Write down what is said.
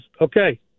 okay